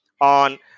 on